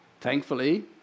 thankfully